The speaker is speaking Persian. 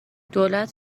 دولت